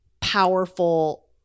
powerful